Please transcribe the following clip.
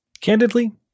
Candidly